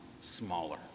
smaller